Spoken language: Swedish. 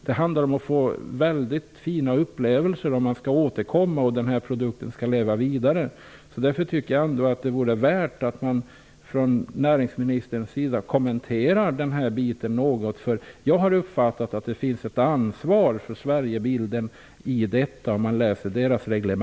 Om besökarna skall återkomma och produkten skall leva vidare måste det också handla om fina upplevelser. Därför tycker jag att det vore bra om näringsministern kommenterade detta något. När jag läser reglementet uppfattar jag det som att Sverigebilden har ett ansvar för dessa frågor.